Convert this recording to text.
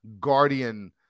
guardian